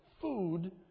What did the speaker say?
food